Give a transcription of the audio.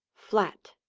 flat.